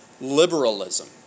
liberalism